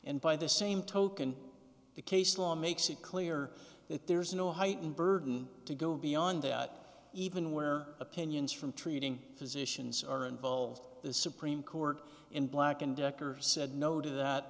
and by the same token the case law makes it clear that there is no heightened burden to go beyond that even where opinions from treating physicians are involved the supreme court in black and decker said no to that